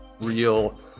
real